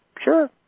sure